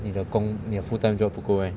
你的工你的 full time job 不够 meh